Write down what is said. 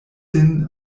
sin